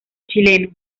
chileno